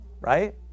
right